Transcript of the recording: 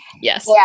yes